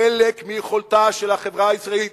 חלק מיכולתה של החברה הישראלית,